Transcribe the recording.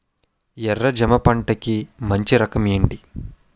ఎర్ర జమ పంట కి మంచి రకం ఏంటి?